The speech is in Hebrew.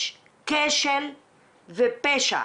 יש כשל ופשע